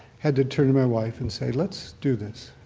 had to turn to my wife and say, let's do this,